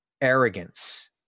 arrogance